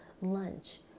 lunch